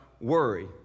worry